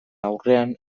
aurrean